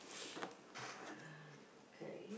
ah okay